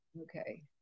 Okay